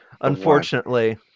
unfortunately